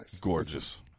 Gorgeous